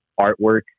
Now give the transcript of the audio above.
artwork